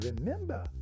remember